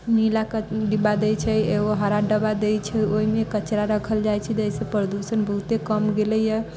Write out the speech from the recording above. नीला क डिब्बा दैत छै एगो हरा डब्बा दैत छै ओहिमे कचरा रखल जाइत छै जैसे प्रदूषण बहुते कम गेलैए